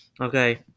okay